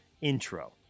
intro